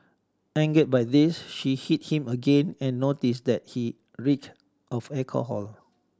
angered by this she hit him again and noticed that he reeked of alcohol